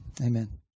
Amen